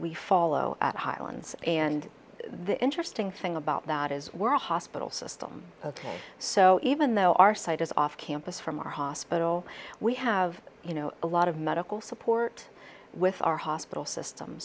we follow at highlands and the interesting thing about that is we're a hospital system today so even though our site is off campus from our hospital we have you know a lot of medical support with our hospital system